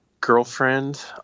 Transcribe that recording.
girlfriend